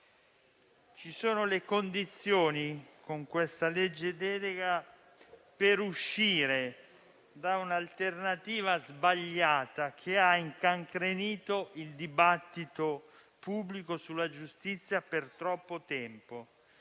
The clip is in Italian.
ci sono le condizioni per uscire da un'alternativa sbagliata che ha incancrenito il dibattito pubblico sulla giustizia per troppo tempo,